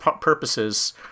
purposes